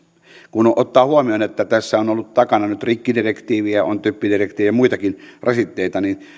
kun ottaa huomioon että tässä on ollut nyt takana rikkidirektiiviä on typpidirektiiviä ja muitakin rasitteita niin